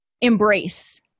embrace